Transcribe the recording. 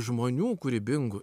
žmonių kūrybingų